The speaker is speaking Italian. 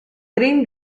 green